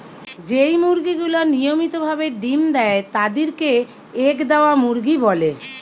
যেই মুরগি গুলা নিয়মিত ভাবে ডিম্ দেয় তাদির কে এগ দেওয়া মুরগি বলে